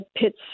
pits